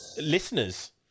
listeners